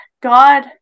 God